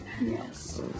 Yes